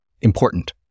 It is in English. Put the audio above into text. important